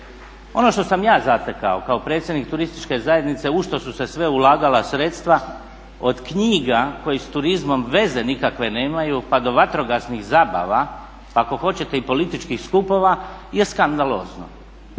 Ono što sam ja zatekao kao predsjednik turističke zajednice u što su se sve ulagala sredstva, od knjiga koje s turizmom veze nikakve nemaju pa do vatrogasnih zabava, pa ako hoćete i političkih skupova je skandalozno.